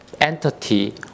entity